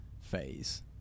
phase